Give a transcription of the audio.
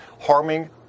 harming